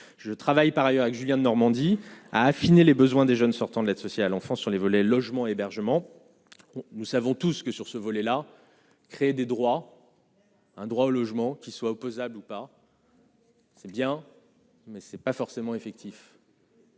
je travaille par ailleurs avec Julien Denormandie à affiner les besoins des jeunes sortant de l'aide sociale en France sur les volets logement hébergement, nous savons tous que sur ce volet-là. Créer des droits un droit au logement qui soit opposable ou pas. C'est bien mais ce n'est pas forcément effectif,